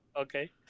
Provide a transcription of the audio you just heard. Okay